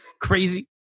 Crazy